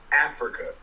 Africa